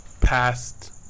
past